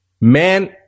man